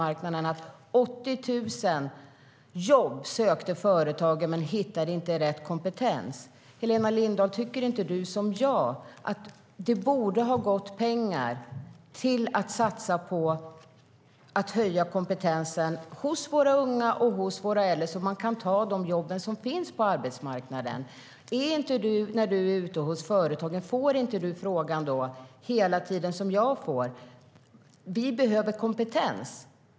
Företagen sökte 80 000 personer att anställa, men det gick inte att hitta rätt kompetens. Helena Lindahl, tycker inte du som jag att det borde ha satsats pengar på att höja kompetensen hos unga och äldre så att de kan ta de jobb som finns på arbetsmarknaden? När du är ute och besöker företag, får inte du samma budskap som jag hela tiden får, nämligen att det behövs kompetens?